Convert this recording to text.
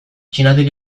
txinatik